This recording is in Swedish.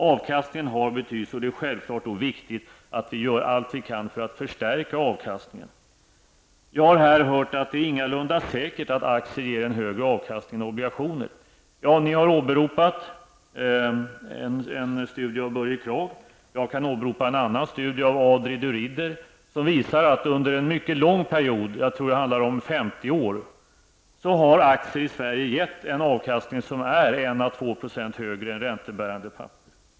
Avkastningen har betydelse och det är självfallet viktigt att vi gör allt vi kan för att förstärka den. Jag har hört här att det ingalunda är säkert att aktier ger en högre avkastning än obligationer. Ni har åberopat en studie av Börje Kragh. Jag kan åberopa en annan studie av Adri De Ridder som visar att under en mycket lång period, jag tror det handlar om femtio år, har aktier i Sverige gett en avkastning som är 1 à 2 % högre än räntebärande papper.